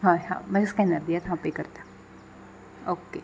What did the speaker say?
हय हय मातसो स्कॅनर दियात हांव पे करतां ओके